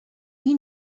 you